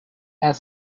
add